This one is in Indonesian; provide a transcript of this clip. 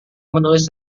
menulis